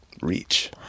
reach